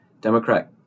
Democrat